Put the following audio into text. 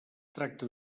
tracta